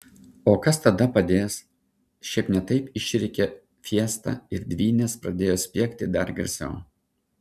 o kas tada padės šiaip ne taip išrėkė fiesta ir dvynės pradėjo spiegti dar garsiau